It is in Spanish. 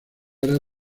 era